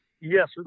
Yes